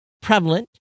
prevalent